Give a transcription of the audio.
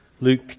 Luke